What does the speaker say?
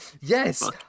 Yes